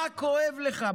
מה כואב לך?